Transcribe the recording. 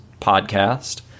podcast